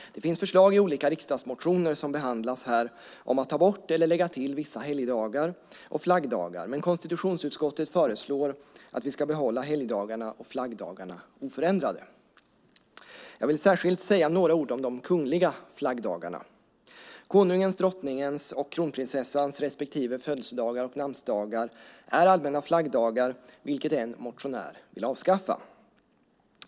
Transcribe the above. Det finns förslag i olika riksdagsmotioner som behandlas här om att ta bort eller lägga till vissa helgdagar och flaggdagar, men konstitutionsutskottet föreslår att vi ska behålla helgdagarna och flaggdagarna oförändrade. Jag vill särskilt säga några ord om de kungliga flaggdagarna. Konungens, drottningens och kronprinsessans respektive födelsedagar och namnsdagar är allmänna flaggdagar. Detta vill en motionär avskaffa.